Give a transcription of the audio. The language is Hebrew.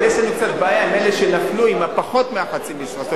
אבל יש לנו קצת בעיה עם אלה שנפלו עם פחות מחצי משרה.